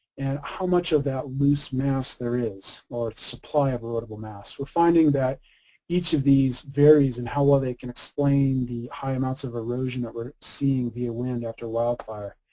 and how much of that loose mass there is or supply of erodible mass. we're finding that each of these varies in how well they can explain the high amounts of erosion that we're seeing via wind after wildfire.